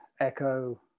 echo